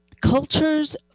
cultures